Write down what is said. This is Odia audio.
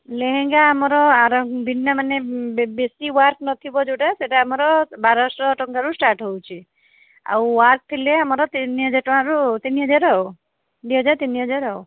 ଲେହେଙ୍ଗା ଆମର ବିନା ମାନେ ବେଶି ୱାର୍କ୍ ନ ଥିବ ଯେଉଁଟା ସେଇଟା ଆମର ବାର ଶହ ଟଙ୍କାରୁ ଷ୍ଟାର୍ଟ ହେଉଛି ଆଉ ୱାର୍କ୍ ଥିଲେ ଆମର ତିନି ହଜାର ଟଙ୍କାରୁ ତିନି ହଜାର ଆଉ ଦୁଇ ହଜାର ତିନି ହଜାର ଆଉ